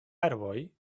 arboj